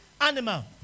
animal